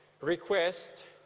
Request